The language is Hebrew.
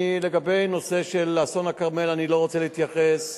לגבי הנושא של אסון הכרמל, אני לא רוצה להתייחס.